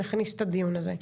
נכניס את הדיון הזה,